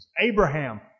Abraham